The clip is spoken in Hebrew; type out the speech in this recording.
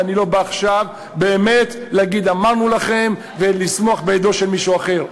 ואני לא בא עכשיו באמת להגיד "אמרנו לכם" ולשמוח לאידו של מישהו אחר.